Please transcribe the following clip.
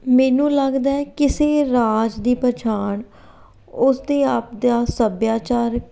ਮੈਨੂੰ ਲੱਗਦਾ ਹੈ ਕਿਸੇ ਰਾਜ ਦੀ ਪਛਾਣ ਉਸਦੇ ਆਪ ਦਾ ਸੱਭਿਆਚਾਰਕ